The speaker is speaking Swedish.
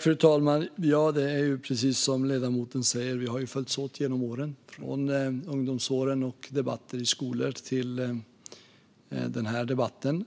Fru talman! Precis som ledamoten säger har vi följts åt genom åren, från ungdomsåren och debatter i skolor till den här debatten.